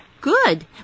Good